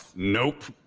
nope.